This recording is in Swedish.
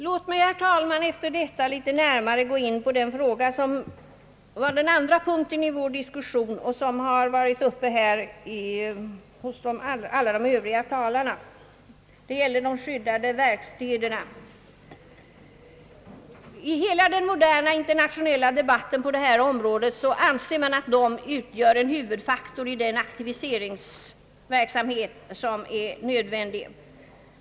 Låt mig, herr talman, litet närmare gå in på den andra punkten i vår diskussion, som har berörts av alla de övriga talarna. Det gäller de skyddade verkstäderna. I hela den internationella debatten på detta område anses att de skyddade verkstäderna utgör en huvudfaktor i den aktiviseringsverksamhet som är nödvändig.